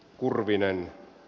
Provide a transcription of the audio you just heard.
kurvinen